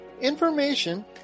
information